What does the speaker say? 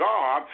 God